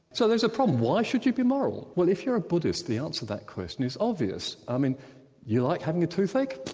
so there's a problem. why should you be moral? well if you're a buddhist, the answer to that question is obvious. i mean you like having a toothache?